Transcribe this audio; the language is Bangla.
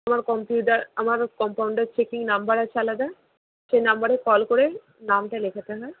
আমার কম্পিউটার আমার কম্পাউন্ডার চেকিং নম্বর আছে আলাদা সে নম্বরে কল করে নামটা লেখাতে হয়